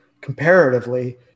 comparatively